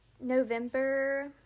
November